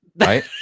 Right